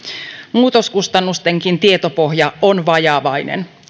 muutoskustannustenkin tietopohja on vajavainen